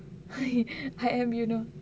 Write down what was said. I am you know